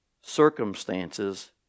Circumstances